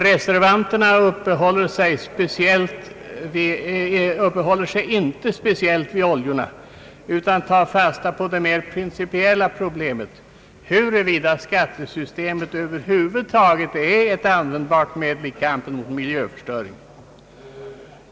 Reservanterna uppehåller sig inte speciellt vid oljorna utan tar fasta på det mer principiella problemet huruvida skattesystemet över huvud taget är ett användbart medel i kampen mot mil jöförstöring.